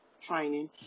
training